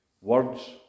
words